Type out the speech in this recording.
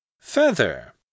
Feather